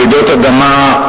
רעידות אדמה,